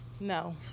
No